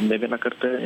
ne vieną kartą